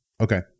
okay